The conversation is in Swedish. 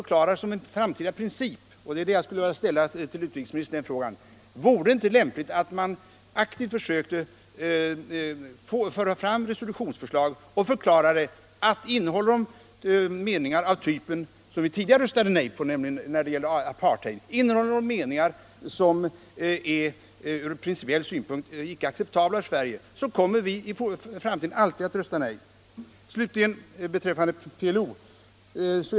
Jag vill till utrikesministern ställa frågan: Vore det inte lämpligt att man aktivt försökte föra fram ett resolutionsförslag och förklarade att vi, om resolutionsförslag innehåller meningar av den typ som vi tidigare röstat nej till, t.ex. i apartheidfrågan, och som från principiell synpunkt icke är acceptabla för Sverige, i framtiden alltid kommer att rösta nej till dessa?